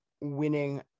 winning